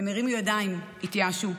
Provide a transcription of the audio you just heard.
הם הרימו ידיים, התייאשו.